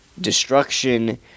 destruction